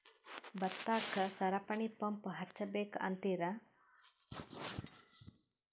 ಭತ್ತಕ್ಕ ಸರಪಣಿ ಪಂಪ್ ಹಚ್ಚಬೇಕ್ ಅಂತಿರಾ?